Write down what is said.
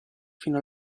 fino